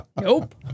Nope